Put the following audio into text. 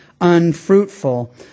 unfruitful